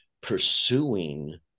pursuing